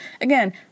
again